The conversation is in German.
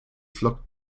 flockt